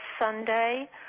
Sunday